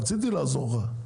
רציתי לעזור לך.